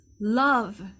love